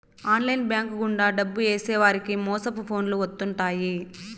online bank గుండా డబ్బు ఏసేవారికి మోసపు ఫోన్లు వత్తుంటాయి